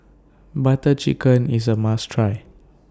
Butter Chicken IS A must Try